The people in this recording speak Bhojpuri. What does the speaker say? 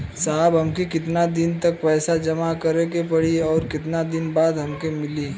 साहब हमके कितना दिन तक पैसा जमा करे के पड़ी और कितना दिन बाद हमके मिली?